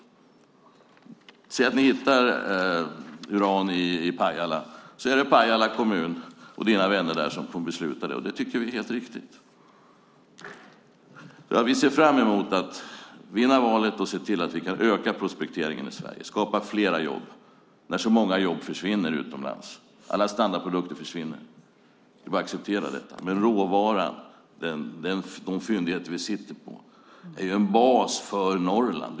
Säg att ni hittar uran i Pajala. Då är det dina vänner i Pajala kommun som fattar beslut. Det är helt riktigt. Vi ser fram emot att vinna valet och se till att vi kan öka prospekteringen i Sverige och skapa fler jobb när så många jobb försvinner utomlands. Alla standardprodukter försvinner. Det är bara att acceptera detta. Råvaran, de fyndigheter vi sitter på, är en bas för Norrland.